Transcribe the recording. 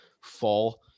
fall